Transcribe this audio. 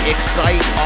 Excite